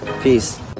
Peace